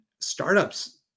Startups